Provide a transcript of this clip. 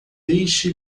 deixe